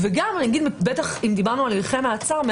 וגם אם דיברנו על הליכי מעצר,